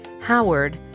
Howard